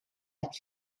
had